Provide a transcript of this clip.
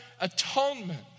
atonement